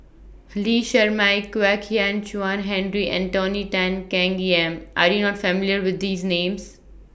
Lee Shermay Kwek Hian Chuan Henry and Tony Tan Keng Yam Are YOU not familiar with These Names